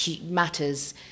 matters